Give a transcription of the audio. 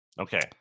Okay